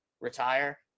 retire